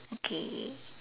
okay